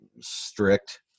strict